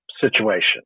situation